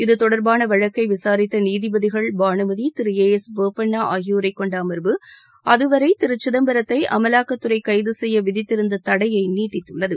இது தொடர்பான வழக்கை விசாரித்த நீதிபதிகள் பானுமதி திரு ஏ எஸ் போபண்ணா ஆகியோரைக் கொண்ட அம்வு அதுவரை திரு சிதம்பரத்தை அமலாக்கத்துறை கைது செய்ய விதித்திருந்த தடையை நீட்டித்துள்ளது